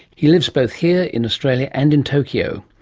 he lives both here in australia and in tokyo.